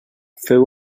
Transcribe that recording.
feu